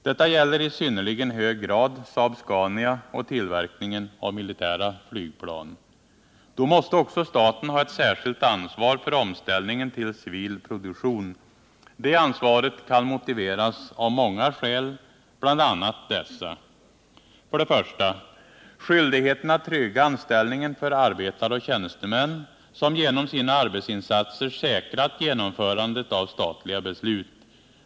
Detta gäller i synnerligen hög grad Saab-Scania och tillverkningen av militära flygplan. Då måste också staten ha ett särskilt ansvar för omställningen till civil produktion. För det ansvaret finns många skäl, bl.a. dessa: 1. Skyldigheten att trygga anställningen för arbetare och tjänstemän, som genom sina arbetsinsatser säkrat genomförandet av statliga beslut.